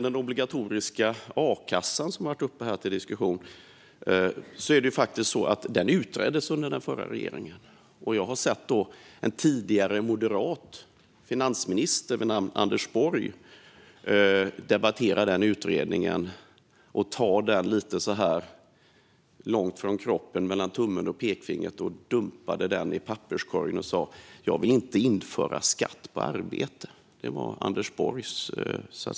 Den obligatoriska a-kassan, som har varit uppe till diskussion, utreddes under den förra regeringen. Jag har sett en tidigare moderat finansminister vid namn Anders Borg debattera denna utredning. Han tog den, lite långt från kroppen, mellan tummen och pekfingret, dumpade den i papperskorgen och sa: Jag vill inte införa skatt på arbete. Det var Anders Borg.